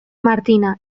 martina